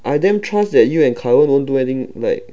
I damn trust that you and kai wen won't do anything like